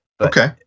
Okay